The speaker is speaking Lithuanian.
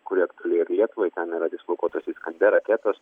kuri aktuali ir lietuvai ten yra dislokuotos iskander raketos